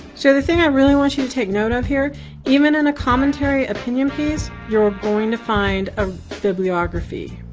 so, the thing i really want you to take note of here even in commentary opinion piece, you're going to find a bibliography.